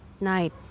Night